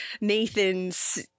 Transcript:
Nathan's